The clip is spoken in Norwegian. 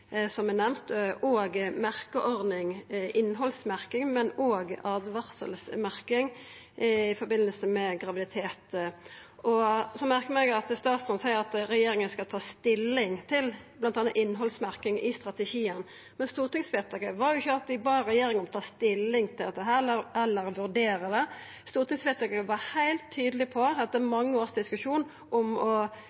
som er nemnt, få ei merkeordning, innhaldsmerking og òg åtvaringsmerking i samband med graviditet. Eg merkar meg at statsråden seier at regjeringa skal ta stilling til bl.a. innhaldsmerking i strategien, men stortingsvedtaket var jo ikkje at vi bad regjeringa om å ta stilling til dette eller vurdera det, stortingsvedtaket var heilt tydeleg på,